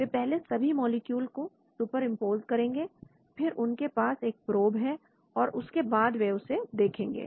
वे पहले सभी मॉलिक्यूल को सुपर इंपोज करेंगे फिर उनके पास एक प्रोब है और उसके बाद में उसे देखेंगे